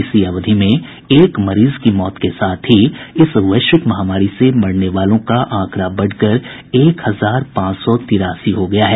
इसी अवधि में एक मरीज की मौत के साथ ही इस वैश्विक महामारी से मरने वालों का आंकड़ा बढ़कर एक हजार पांच सौ तिरासी हो गयी है